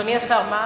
אדוני השר.